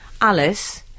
Alice